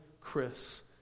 Chris